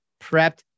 prepped